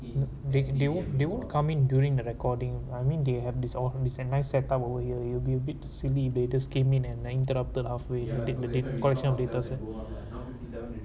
in the new they won't come in during the recording I mean they have this all descend mindset time over here you will be a bit to silly latest came in and then interrupted halfway you take the data collection of data set